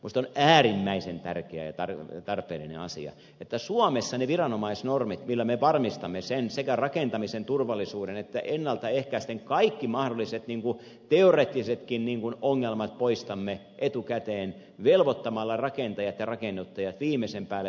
minusta on äärimmäisen tärkeä ja tarpeellinen asia että suomessa viranomaisnormeilla me varmistamme rakentamisen turvallisuuden ja ennalta ehkäisten poistamme kaikki mahdolliset teoreettisetkin ongelmat etukäteen velvoittamalla rakentajat ja rakennuttajat viimeisen päälle tarkkoihin normeihin